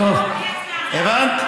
הבנת?